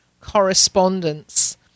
correspondence